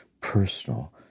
personal